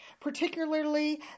particularly